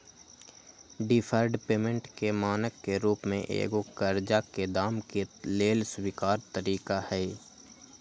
deferred payment के मानक के रूप में एगो करजा के दाम के लेल स्वीकार तरिका हइ